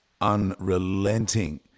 unrelenting